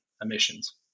emissions